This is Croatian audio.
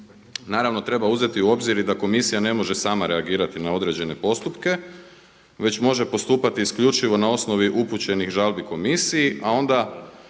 Naravno treba uzeti u obzir i da komisija ne može sama reagirati na određene postupke već može postupati isključivo na osnovi upućeni žalbi komisiji, a onda